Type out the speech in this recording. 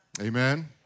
Amen